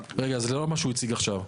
רגע, אז לאור מה שהוא הציג עכשיו,